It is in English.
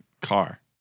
car